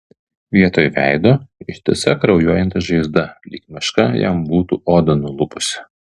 vietoj veido ištisa kraujuojanti žaizda lyg meška jam būtų odą nulupusi